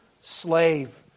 slave